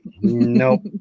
Nope